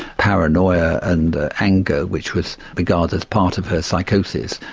paranoia and anger, which was regarded as part of her psychosis,